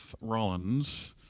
rollins